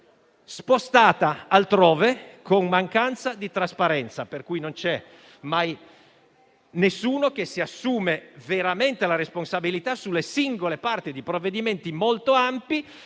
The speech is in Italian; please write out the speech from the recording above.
spostata altrove, con mancanza di trasparenza, per cui non c'è mai nessuno che si assuma veramente la responsabilità sulle singole parti di provvedimenti molto ampi,